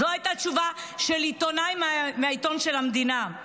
זו הייתה תשובה של עיתונאי מהעיתון של המדינה.